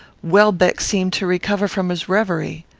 welbeck seemed to recover from his reverie.